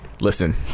listen